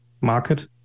market